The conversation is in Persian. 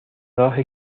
راه